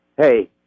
Hey